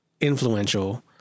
influential